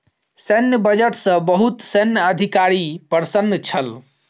सैन्य बजट सॅ बहुत सैन्य अधिकारी प्रसन्न छल